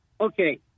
okay